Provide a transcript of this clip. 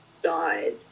died